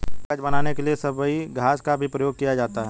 कागज बनाने के लिए सबई घास का भी प्रयोग किया जाता है